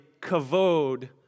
kavod